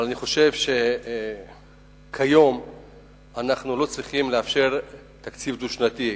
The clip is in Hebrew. אבל אני חושב שכיום אנחנו לא צריכים לאפשר תקציב דו-שנתי.